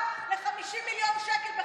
50 מיליון שקל לקחו,